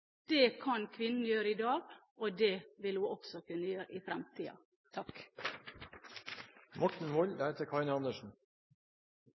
Det kan kvinnen gjøre i dag, og det vil hun også kunne gjøre i